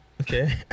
okay